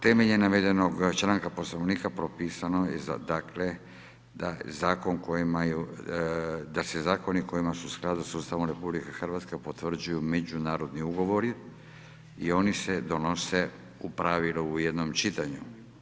Temeljem navedenog članka Poslovnika propisano je dakle, da se zakoni kojima su u skladu s Ustavom RH potvrđuju međunarodni ugovori i oni se donose u pravilu u jednom čitanju.